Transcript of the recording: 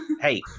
Hey